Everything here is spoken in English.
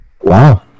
Wow